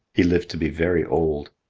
he lived to be very old,